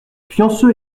pionceux